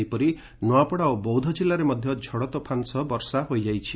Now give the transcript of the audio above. ସେହିପରି ନୂଆପଡ଼ା ଓ ବୌଦ୍ଧ ଜିଲ୍ଲାରେ ମଧ୍ଧ ଝଡ଼ତୋଫାନ ସହ ବର୍ଷା ହୋଇଯାଇଛି